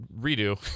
redo